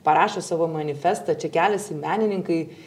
parašė savo manifestą čia keliasi menininkai